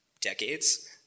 decades